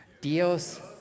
Dios